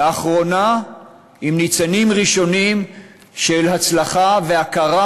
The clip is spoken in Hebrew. לאחרונה עם ניצנים ראשונים של הצלחה והכרה